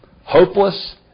hopeless